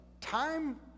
time